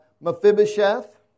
Mephibosheth